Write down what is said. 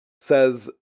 says